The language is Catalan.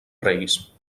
reis